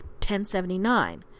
1079